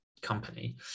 company